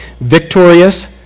victorious